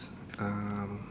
um